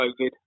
COVID